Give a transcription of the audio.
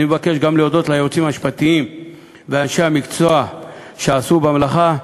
אני מבקש גם להודות ליועצים המשפטיים ואנשי המקצוע שעשו במלאכה,